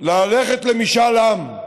ללכת למשאל עם,